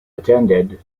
attended